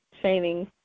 training